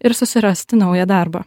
ir susirasti naują darbą